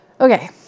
Okay